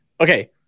okay